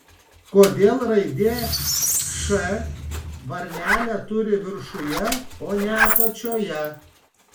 kodėl raidė š varnelę turi viršuje o ne apačioje